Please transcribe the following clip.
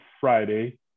Friday